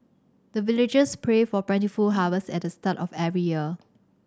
the villagers pray for plentiful harvest at the start of every year